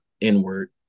inward